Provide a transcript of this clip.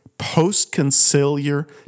post-conciliar